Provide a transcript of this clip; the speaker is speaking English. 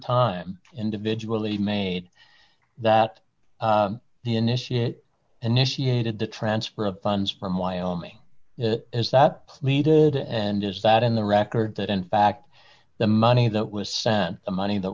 time individually made that he initiated initiated the transfer of funds from wyoming as that pleaded and is that in the record that in fact the money that was sent the money that